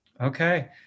Okay